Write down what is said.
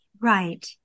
Right